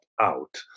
out